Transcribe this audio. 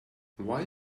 why